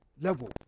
level